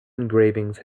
engravings